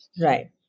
Right